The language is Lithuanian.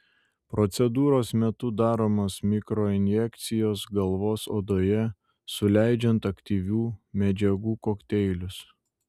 procedūros metu daromos mikroinjekcijos galvos odoje suleidžiant aktyvių medžiagų kokteilius